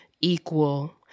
equal